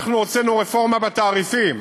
אנחנו הוצאנו רפורמה בתעריפים